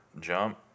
jump